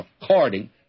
according